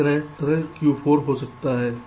इसी तरह इस तरफ यह Q4 हो सकता है